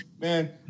man